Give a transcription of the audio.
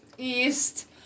East